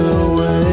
away